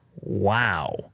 Wow